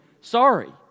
sorry